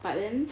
but then